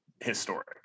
historic